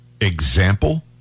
example